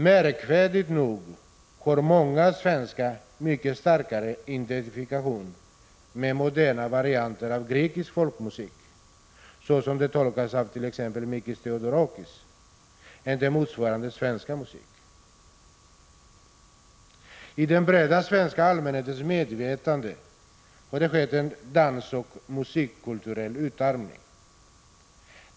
Märkvärdigt nog har många svenskar mycket starkare identifikation med moderna varianter av grekisk folkmusik, så som den tolkas av t.ex. Mikis Theodorakis, än av motsvarande svensk musik. I den breda svenska allmänhetens medvetande har det skett en dansoch musikkulturell utarmning.